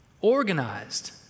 organized